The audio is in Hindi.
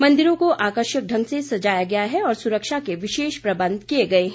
मंदिरों को आकर्षक ढंग से सजाया गया है और सुरक्षा के विशेष प्रबंध किए गए हैं